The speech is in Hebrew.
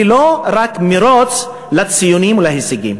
ולא רק מירוץ אחר הציונים וההישגים.